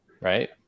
right